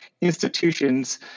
institutions